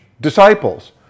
disciples